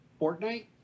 Fortnite